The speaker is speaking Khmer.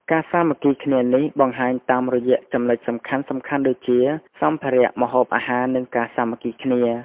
ការសាមគ្គីគ្នានេះបង្ហាញតាមរយៈចំណុចសំខាន់ៗដូចជា សម្ភារៈ ម្ហូបអាហារ និងការសាមគ្គីគ្នា។